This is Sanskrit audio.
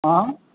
आ